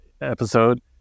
episode